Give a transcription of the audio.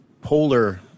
polar